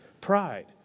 pride